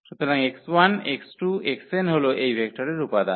সুতরাং x1 x2 xn হল এই ভেক্টরের উপাদান